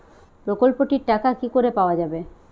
প্রকল্পটি র টাকা কি করে পাওয়া যাবে?